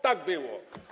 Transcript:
Tak było.